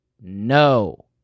no